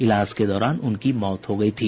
इलाज के दौरान उनकी मौत हो गयी थी